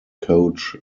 coach